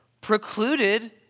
precluded